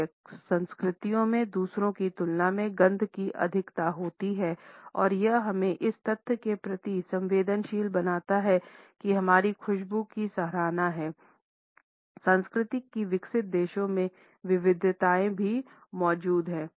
कुछ संस्कृतियों में दूसरों की तुलना में गंध की अधिकता होती है और यह हमें इस तथ्य के प्रति संवेदनशील बनाता है कि हमारी खुशबू की सराहना में सांस्कृतिक की विकसित देशों में विविधताएं भी मौजूद हैं